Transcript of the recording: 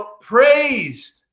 praised